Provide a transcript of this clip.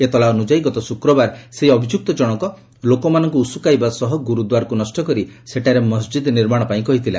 ଏତଲା ଅନୁଯାୟୀ ଗତ ଶୁକ୍ରବାର ସେହି ଅଭିଯୁକ୍ତ ଜଣକ ଲୋକମାନଙ୍କୁ ଉସ୍କୋଇବା ସହ ଗୁରୁଦ୍ୱାରକୁ ନଷ୍ଟ କରି ସେଠାରେ ମସ୍ଜିଦ୍ ନିର୍ମାଣ ପାଇଁ କହିଥିଲା